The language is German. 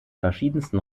verschiedensten